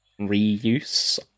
reuse